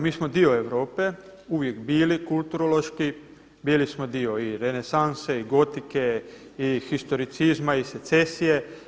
Mi smo dio Europe uvijek bili kulturološki, bili smo dio i renesanse i gotike i historicizma i secesije.